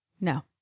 No